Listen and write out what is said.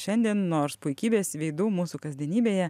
šiandien nors puikybės veidų mūsų kasdienybėje